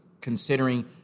considering